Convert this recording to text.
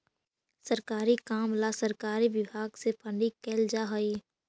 सरकारी काम ला सरकारी विभाग से फंडिंग कैल जा हई